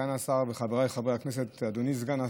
סגן השר וחבריי חברי הכנסת, אדוני סגן השר,